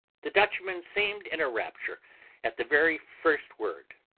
the dutchman seemed in a rapture at the very first word.